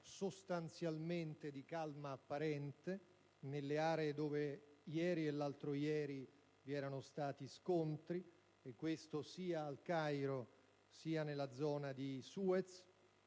sostanzialmente di calma apparente nelle aree dove ieri e l'altro ieri vi erano stati scontri, e questo sia al Cairo, sia nella zona di Suez.